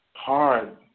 Hard